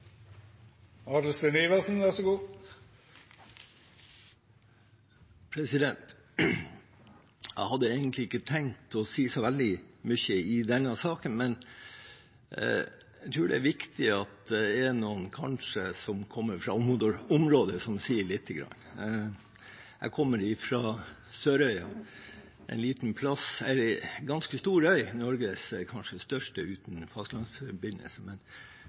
Jeg hadde egentlig ikke tenkt å si så veldig mye i denne saken, men jeg tror kanskje det er viktig at noen som kommer fra området, sier litt. Jeg kommer fra Sørøya, som er en ganske stor øy, kanskje Norges største uten fastlandsforbindelse.